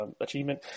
achievement